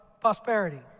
prosperity